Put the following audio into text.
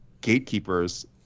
gatekeepers